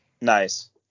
Nice